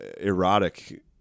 erotic